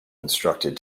instructed